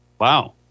Wow